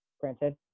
Granted